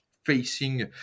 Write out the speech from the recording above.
Facing